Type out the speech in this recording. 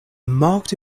marked